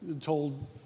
told